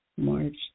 March